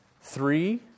Three